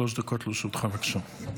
שלוש דקות לרשותך, בבקשה.